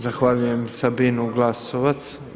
Zahvaljujem Sabini Glasovac.